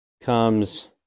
Comes